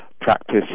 practice